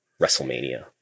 WrestleMania